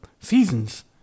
seasons